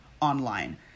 online